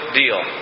deal